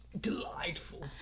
delightful